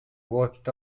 worked